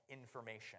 information